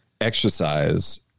exercise